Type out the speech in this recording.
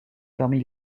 parmi